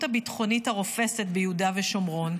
הביטחונית הרופסת ביהודה ושומרון,